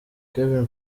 kevin